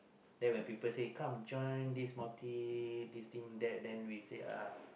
then when people say come join this small team this team that then we say ah